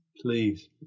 Please